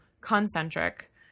concentric